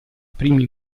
primi